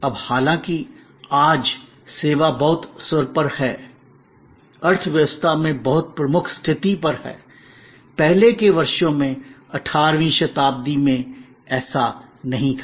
अब हालांकि आज सेवा बहुत सर्वोपरि है अर्थव्यवस्था में बहुत प्रमुख स्थिति पर है पहले के वर्षों में 18 वीं शताब्दी में ऐसा नहीं था